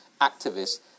activists